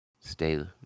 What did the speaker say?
stay